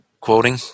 quoting